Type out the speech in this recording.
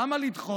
למה לדחות?